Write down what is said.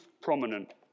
prominent